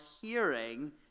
hearing